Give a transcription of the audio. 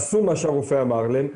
עשו מה שהרופא אמר להם,